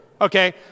okay